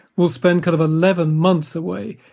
will spend kind of eleven months away,